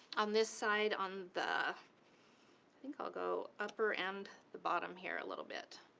on this side, on the, i think i'll go upper and the bottom here a little bit.